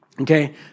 Okay